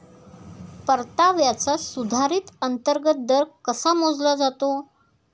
परताव्याचा सुधारित अंतर्गत दर कसा मोजला जातो?